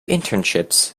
internships